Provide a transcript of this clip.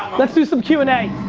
lets do some q and a.